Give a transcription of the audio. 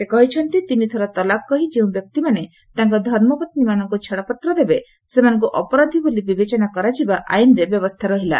ସେ କହିଛନ୍ତି ତିନି ଥର ତଲାକ୍ କହି ଯେଉଁ ବ୍ୟକ୍ତିମାନେ ତାଙ୍କ ଧର୍ମପତ୍ନୀମାନଙ୍କୁ ଛାଡ଼ପତ୍ର ଦେବେ ସେମାନଙ୍କୁ ଅପରାଧୀ ବୋଲି ବିବେଚନା କରାଯିବା ଆଇନରେ ବ୍ୟବସ୍ଥା ରହିଲା